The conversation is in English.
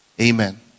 amen